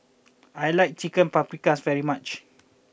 I like Chicken Paprikas very much